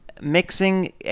mixing